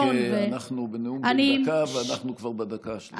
אנחנו בנאום בן דקה ואנחנו כבר בדקה השלישית.